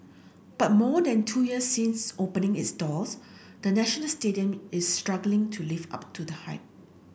but more than two years since opening its doors the National Stadium is struggling to live up to the hype